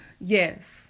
yes